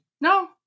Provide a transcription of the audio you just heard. No